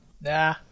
Nah